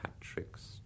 Patrick's